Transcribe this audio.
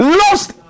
lost